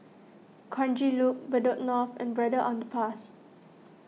Kranji Loop Bedok North and Braddell Underpass